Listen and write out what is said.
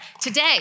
today